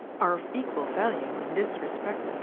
are of equal value in this respect,